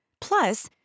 Plus